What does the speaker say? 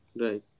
Right